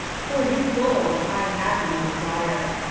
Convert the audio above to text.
for his gold i had no desire.